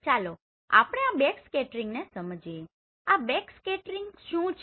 ચાલો આપણે આ બેકસ્કેટરિંગને સમજીએ આ બેકસ્કેટરિંગ શું છે